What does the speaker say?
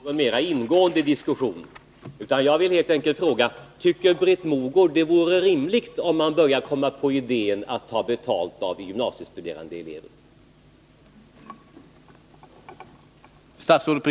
Herr talman! Jag har inte begärt någon mera ingående diskussion. Jag vill helt enkelt fråga: Tycker Britt Mogård att det vore rimligt om man började att ta betalt av gymnasiestuderande elever?